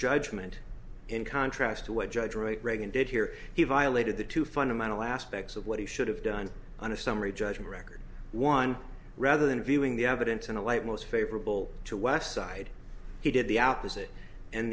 judgment in contrast to what judge roy reagan did here he violated the two fundamental aspects of what he should have done on a summary judgment record one rather than viewing the evidence in a light most favorable to west side he did the opposite and